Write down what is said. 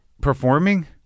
performing